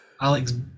Alex